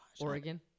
Oregon